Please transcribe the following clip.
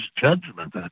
judgment